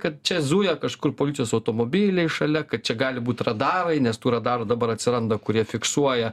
kad čia zuja kažkur policijos automobiliai šalia kad čia gali būt radarai nes tų radarų dabar atsiranda kurie fiksuoja